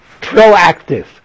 proactive